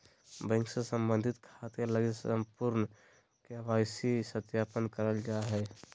bank से संबंधित खाते लगी संपूर्ण के.वाई.सी सत्यापन करल जा हइ